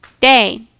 Day